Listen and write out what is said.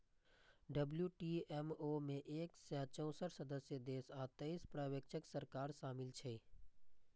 WTO मे एक सय चौंसठ सदस्य देश आ तेइस पर्यवेक्षक सरकार शामिल छै